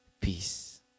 peace